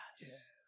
Yes